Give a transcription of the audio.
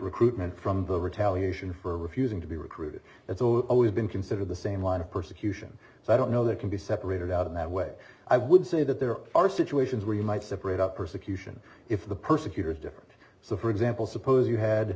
recruitment from the retaliation for refusing to be recruited it's always been considered the same line of persecution so i don't know that can be separated out in that way i would say that there are situations where you might separate up persecution if the persecutors differ so for example suppose you had